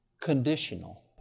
Conditional